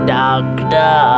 doctor